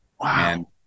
Wow